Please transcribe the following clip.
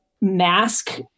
mask